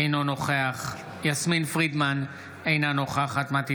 אינו נוכח יסמין פרידמן, אינה נוכחת מטי